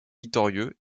victorieux